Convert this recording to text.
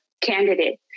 candidate